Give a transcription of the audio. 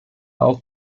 auch